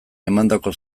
emandako